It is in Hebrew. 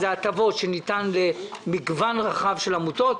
זה הטבות שניתנות למגוון רחב של עמותות.